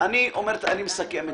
האם התקנה הרלוונטית הזאת